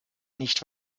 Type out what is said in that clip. nicht